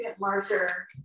marker